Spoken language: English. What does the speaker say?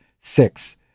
Six